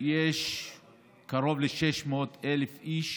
יש קרוב ל-600,000 איש